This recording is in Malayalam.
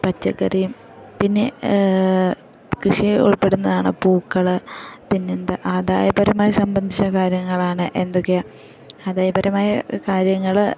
പച്ചക്കറിയും പിന്നെ കൃഷിയിൽ ഉൾപ്പെടുന്നതാണ് പൂക്കൾ പിന്നെന്താ ആദായപരമായി സംബന്ധിച്ച കാര്യങ്ങളാണ് എന്തൊക്കെണ് ആദായപരമായ കാര്യങ്ങൾ